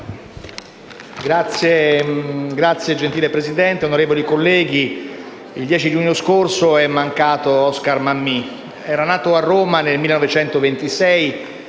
Signor Presidente, onorevoli colleghi, il 10 giugno scorso è mancato Oscar Mammì. Era nato a Roma nel 1926